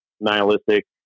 nihilistic